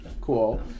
Cool